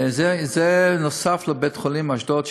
זה נוסף לבית-חולים באשדוד,